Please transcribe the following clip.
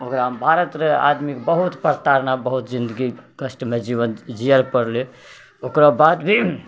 ओकरा भारतरे आदमी बहुत प्रताड़ना बहुत जिन्दगी कष्टमय जीवन जिअ पड़लै ओकरो बाद भी